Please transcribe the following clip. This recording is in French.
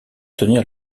tenir